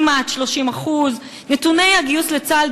כמעט 30%; נתוני הגיוס לצה"ל,